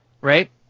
Right